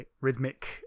rhythmic